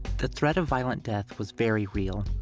the threat of violent death was very real.